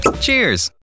Cheers